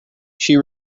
she